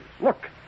Look